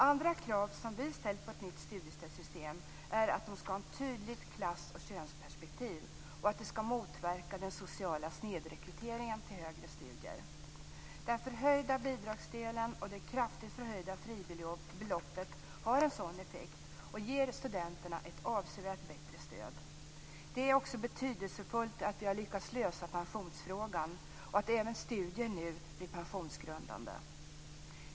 Andra krav som vi ställt på ett nytt studiestödssystem är att det ska ha ett tydligt klass och könsperspektiv och att det ska motverka den sociala snedrekryteringen till högre studier. Den förhöjda bidragsdelen och det kraftigt förhöjda fribeloppet har en sådan effekt och ger studenterna ett avsevärt bättre stöd. Det är också betydelsefullt att vi har lyckats lösa pensionsfrågan och att även studier nu blir pensionsgrundande.